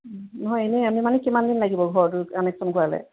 নহয় এনেই আমি মানে কিমান দিন লাগিব ঘৰটো কানেকশ্যন কৰালে